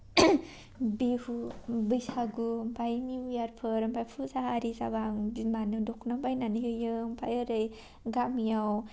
बिहु बैसागु ओमफाय निउ इयारफोर ओमफाय फुजा आरि जाब्ला आं बिमानो दख'ना बायनानै होयो ओमफाय ओरै गामियाव